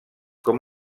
com